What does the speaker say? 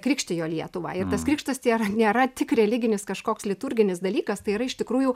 krikštijo lietuvą ir tas krikštas tėra nėra tik religinis kažkoks liturginis dalykas tai yra iš tikrųjų